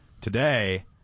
today